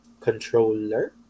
controller